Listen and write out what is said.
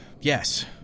Yes